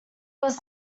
was